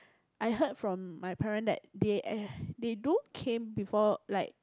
I heard from my parent that they ac~ they do came before like